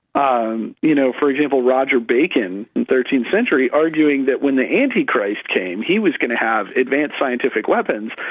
um you know for example, roger bacon in the thirteenth century arguing that when the antichrist came he was going to have advanced scientific weapons,